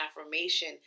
affirmation